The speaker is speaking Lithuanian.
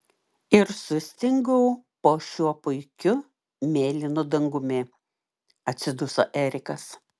ir sustingau po šiuo puikiu mėlynu dangumi atsiduso erikas